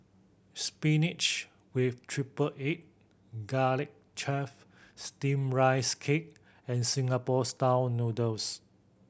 spinach with triple egg Garlic Chives Steamed Rice Cake and Singapore Style Noodles